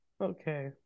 okay